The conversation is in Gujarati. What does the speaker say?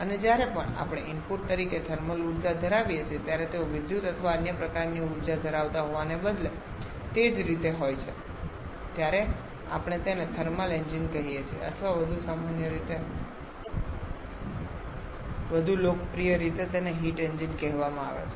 અને જ્યારે પણ આપણે ઇનપુટ તરીકે થર્મલ ઉર્જા ધરાવીએ છીએ ત્યારે તેઓ વિદ્યુત અથવા અન્ય પ્રકારની ઉર્જા ધરાવતા હોવાને બદલે તે જ રીતે હોય છે ત્યારે આપણે તેને થર્મલ એન્જિન કહીએ છીએ અથવા વધુ સામાન્ય રીતે વધુ લોકપ્રિય રીતે તેને હીટ એન્જિન કહેવામાં આવે છે